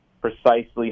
precisely